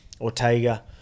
Ortega